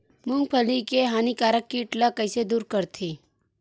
मूंगफली के हानिकारक कीट ला कइसे दूर करथे?